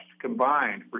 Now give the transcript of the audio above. combined